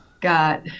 got